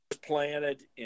Planted